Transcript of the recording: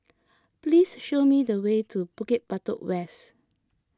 please show me the way to Bukit Batok West